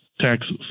taxes